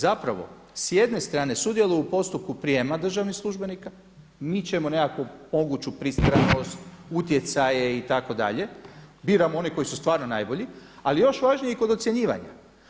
Zapravo s jedne strane sudjeluju u postupku prijema državnih službenika, mičemo nekakvu moguću pristranost, utjecaje itd., biramo one koji su stvarno najbolji ali još važnije kod ocjenjivanja.